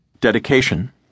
Dedication